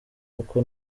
kuko